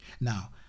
now